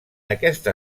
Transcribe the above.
aquesta